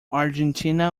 argentina